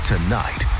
Tonight